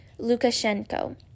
Lukashenko